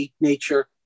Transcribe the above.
nature